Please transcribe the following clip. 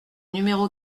numéro